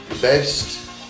best